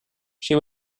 she